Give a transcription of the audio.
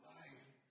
life